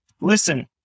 listen